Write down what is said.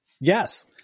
Yes